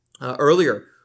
earlier